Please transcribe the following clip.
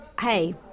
Hey